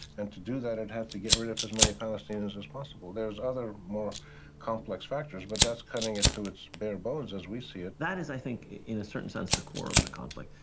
and to do that it had to get rid of as many palestinians as as possible. there's other more complex factors, but thatis cutting it to its bare bones as we see it. that is, i think in a certain sense, the core of the conflict.